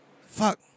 Fuck